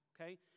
Okay